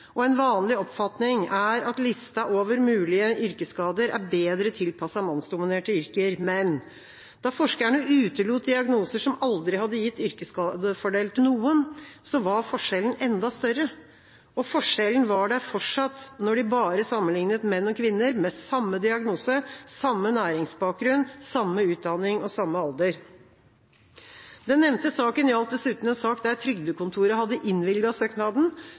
En vanlig oppfatning er at lista over mulige yrkesskader er bedre tilpasset mannsdominerte yrker. Men da forskerne utelot diagnoser som aldri hadde gitt yrkesskadefordel til noen, var forskjellen enda større. Og forskjellen var der fortsatt når de bare sammenlignet menn og kvinner med samme diagnose, næringsbakgrunn, utdanning og alder. Den nevnte saken gjaldt dessuten en sak der trygdekontoret hadde innvilget søknaden,